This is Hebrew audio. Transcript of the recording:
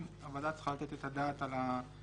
שהוועדה כן צריכה לתת את הדעת על הסיפור